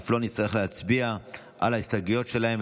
אף לא נצטרך להצביע על ההסתייגויות שלהם.